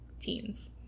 teens